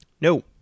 No